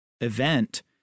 event